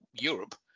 Europe